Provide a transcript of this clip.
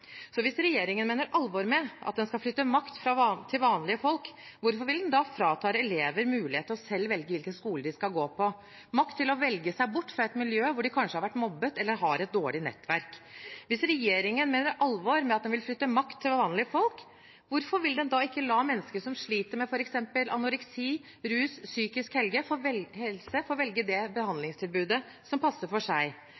Hvis regjeringen mener alvor med at den skal flytte makt til vanlige folk, hvorfor vil den da frata elever mulighet til selv å velge hvilken skole de skal gå på, makt til å velge seg bort fra et miljø der de kanskje har blitt mobbet eller har et dårlig nettverk? Hvis regjeringen mener alvor med at den vil flytte makt til vanlige folk, hvorfor vil den da ikke la mennesker som sliter med f.eks. anoreksi, rus eller psykisk helse, få velge det